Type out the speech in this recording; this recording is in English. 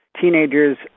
teenagers